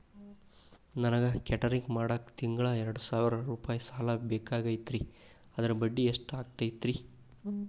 ನನಗ ಕೇಟರಿಂಗ್ ಮಾಡಾಕ್ ತಿಂಗಳಾ ಎರಡು ಸಾವಿರ ರೂಪಾಯಿ ಸಾಲ ಬೇಕಾಗೈತರಿ ಅದರ ಬಡ್ಡಿ ಎಷ್ಟ ಆಗತೈತ್ರಿ?